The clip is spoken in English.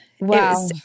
wow